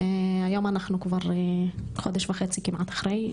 והיום אנחנו כבר כמעט חודש וחצי אחרי,